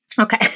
Okay